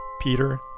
Peter